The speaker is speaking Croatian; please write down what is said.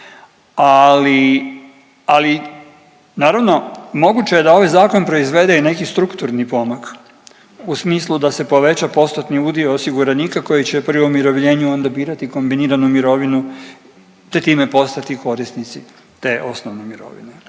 ali naravno moguće je da ovaj zakon proizvede i neki strukturni pomak, u smislu da se poveća postotni udio osiguranika koji će pri umirovljenju onda birati kombiniranu mirovinu te time postati korisnici te osnovne mirovine.